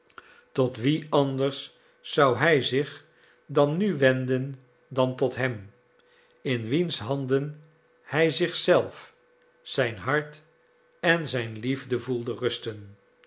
tot wien anders zou hij zich dan nu wenden dan tot hem in wiens handen hij zich zelf zijn hart en zijn liefde voelde rusten